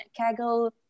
Kaggle